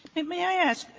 and may i ask,